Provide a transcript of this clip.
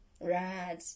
right